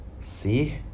see